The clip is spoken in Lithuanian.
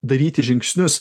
daryti žingsnius